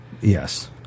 Yes